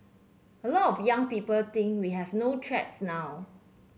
a lot of young people think we have no threats now